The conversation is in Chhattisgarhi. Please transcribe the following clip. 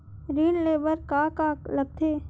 ऋण ले बर का का लगथे?